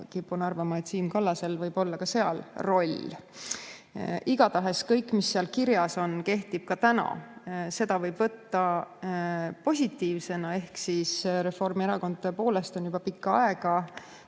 kipun arvama, et Siim Kallasel võib olla seal roll. Igatahes kõik, mis seal kirjas on, kehtib ka täna. Seda võib võtta positiivsena ehk Reformierakond on tõepoolest juba pikka aega